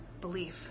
belief